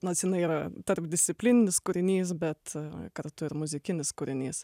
nors jinai yra tarpdisciplininis kūrinys bet kartu ir muzikinis kūrinys